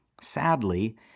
sadly